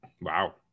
Wow